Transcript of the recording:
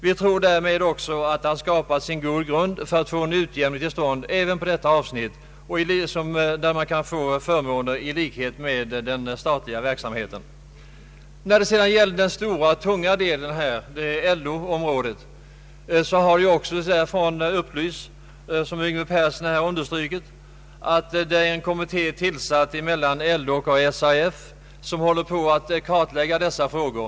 Vi tror också att därmed har skapats en god grund för att få en utjämning till stånd även på detta avsnitt, så att kommunaloch landstingsanställda kan få förmåner som är jämställda med dem som finns inom den statliga verksamheten. När det sedan gäller den stora och tunga delen — LO-området — har ock så upplysts, som herr Yngve Persson underströk nyss, att en kommitté tillsatts mellan LO och SAF, som håller på att kartlägga dessa frågor.